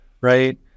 right